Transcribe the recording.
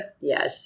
Yes